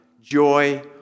joy